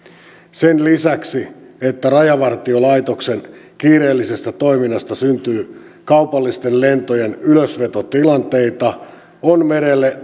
sen lisäksi että rajavartiolaitoksen kiireellisestä toiminnasta syntyy kaupallisten lentojen ylösvetotilanteita on merelle